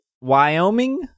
Wyoming